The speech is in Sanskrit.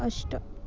अष्ट